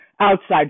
outside